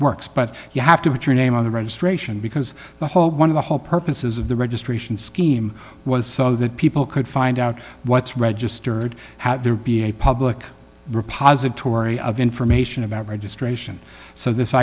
works but you have to put your name on the registration because the whole one of the whole purposes of the registration scheme was so that people could find out what's registered there be a public repository of information about registration so this